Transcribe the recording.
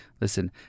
listen